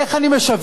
איך אני משווק?